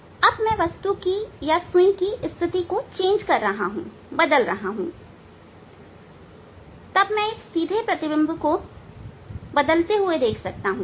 अब मैं वस्तु सुई की स्थिति को बदल रहा हूं तब मैं सीधे प्रतिबिंब को बदलते हुए देख सकता हूं